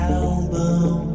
album